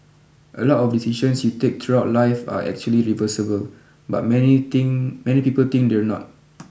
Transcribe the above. a lot of decisions you take throughout life are actually reversible but many think many people think they're not